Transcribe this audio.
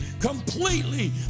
completely